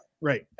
right